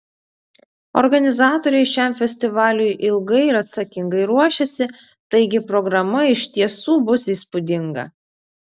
organizatoriai šiam festivaliui ilgai ir atsakingai ruošėsi taigi programa iš tiesų bus įspūdinga